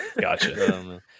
Gotcha